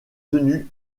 tenue